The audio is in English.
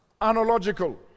analogical